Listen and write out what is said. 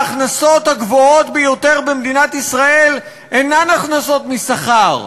ההכנסות הגבוהות ביותר במדינת ישראל אינן הכנסות משכר,